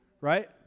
Right